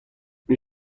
این